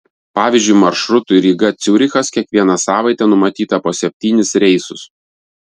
pavyzdžiui maršrutui ryga ciurichas kiekvieną savaitę numatyta po septynis reisus